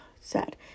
sad